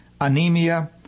anemia